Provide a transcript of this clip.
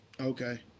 Okay